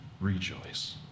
rejoice